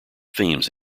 themes